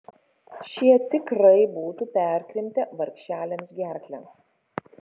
šie tikrai būtų perkrimtę vargšelėms gerklę